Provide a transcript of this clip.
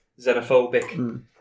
xenophobic